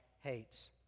hates